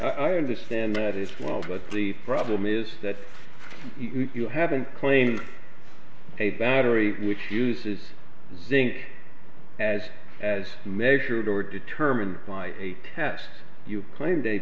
say i understand that as well but the problem is that you haven't claimed a battery which uses zinc as as measured or determined by a test you claim